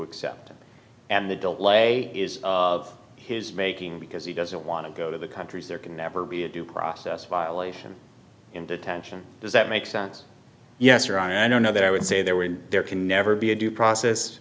accept it and the delay is of his making because he doesn't want to go to the countries there can never be a due process violation in detention does that make sense yes or i don't know that i would say there were in there can never be a due process